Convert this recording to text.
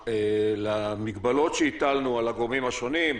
למגבלות שהטלנו על הגורמים השונים,